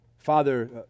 Father